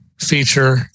feature